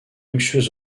luxueux